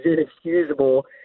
inexcusable